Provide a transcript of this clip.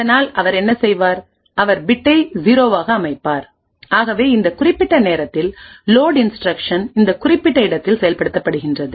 அதனால் அவர் என்ன செய்வார் அவர் பிட்டை 0 ஆக அமைப்பார் ஆகவே இந்த குறிப்பிட்ட நேரத்தில் லோட் இன்ஸ்டிரக்ஷன் இந்த குறிப்பிட்ட இடத்தில் செயல்படுத்தப்படுகின்றது